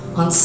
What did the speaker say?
on